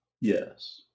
Yes